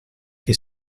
che